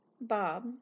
Bob